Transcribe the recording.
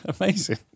Amazing